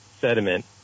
sediment